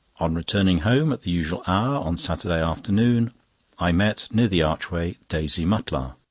on returning home at the usual hour on saturday afternoon i met near the archway daisy mutlar.